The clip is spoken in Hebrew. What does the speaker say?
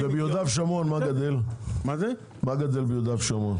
ומה גדל ביהודה ושומרון?